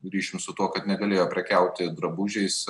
ryšium su tuo kad negalėjo prekiauti drabužiais